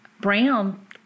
Brown